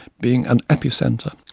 being an epicentre.